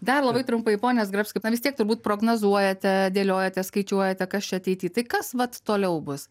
dar labai trumpai pone zgrabski na vis tiek turbūt prognozuojate dėliojate skaičiuojate kas čia ateity tai kas vat toliau bus